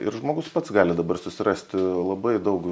ir žmogus pats gali dabar susirasti labai daug